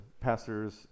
pastors